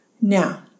Now